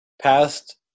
passed